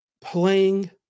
playing